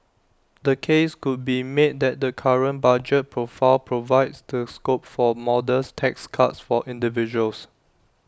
the case could be made that the current budget profile provides the scope for modest tax cuts for individuals